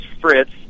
Fritz